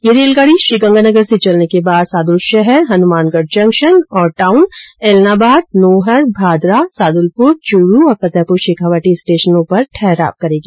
यह रेलगाड़ी श्रीगंगानगर से चलने के बाद सादूलशहर हनुमानगढ़ जंक्शन और टाऊन ऐलनाबाद नोहर भादरा सादूलपुर चूरू तथा फतेहपुर शेखावटी स्टेशनों पर ठहराव करेगी